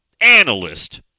analyst